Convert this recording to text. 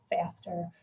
faster